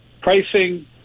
pricing